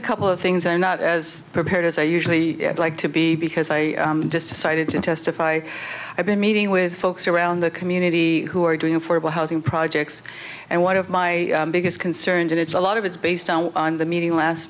members couple of things are not as prepared as i usually like to be because i decided to testify i've been meeting with folks around the community who are doing it for housing projects and one of my biggest concerns and it's a lot of it's based on the meeting last